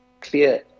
clear